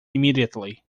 immediately